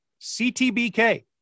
CTBK